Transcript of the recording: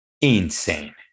Insane